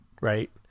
right